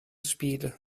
spiele